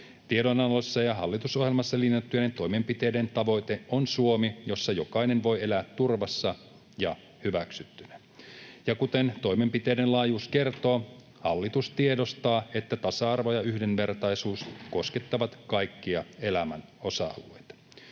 Tiedonannossa ja hallitusohjelmassa linjattujen toimenpiteiden tavoite on Suomi, jossa jokainen voi elää turvassa ja hyväksyttynä. Ja kuten toimenpiteiden laajuus kertoo, hallitus tiedostaa, että tasa-arvo ja yhdenvertaisuus koskettavat kaikkia elämän osa-alueita.